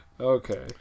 Okay